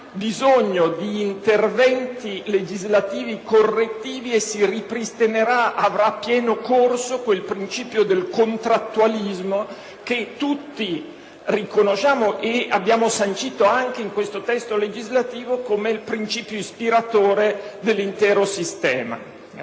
bisogno di interventi legislativi correttivi e si ripristinerà - e avrà pieno corso - quel principio del contrattualismo che tutti riconosciamo, e abbiamo sancito anche in questo testo legislativo, come il principio ispiratore dell'intero sistema.